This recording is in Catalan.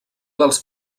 dels